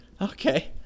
Okay